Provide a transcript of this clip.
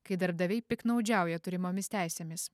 kai darbdaviai piktnaudžiauja turimomis teisėmis